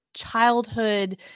Childhood